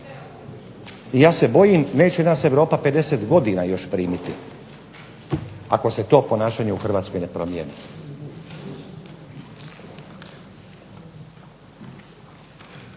I ja se bojim neće nas Europa 50 godina još primiti ako se to ponašanje u Hrvatskoj ne promijeni.